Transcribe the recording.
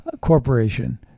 corporation